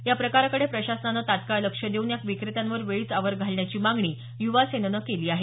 या प्रकाराकडे प्रशासनाने तत्काळ लक्ष देऊन या विक्रेत्यांवर वेळीच आवर घालण्याची मागणी युवा सेनेनं केली आहे